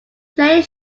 player